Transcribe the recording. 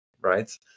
Right